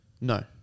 No